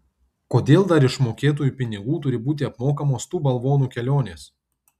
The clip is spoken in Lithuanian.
kodėl dar iš mokėtojų pinigų turi būti apmokamos tų balvonų kelionės